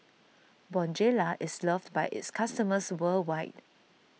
Bonjela is loved by its customers worldwide